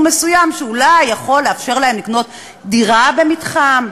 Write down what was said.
מסוים שאולי יכול לאפשר להם לקנות דירה במתחם,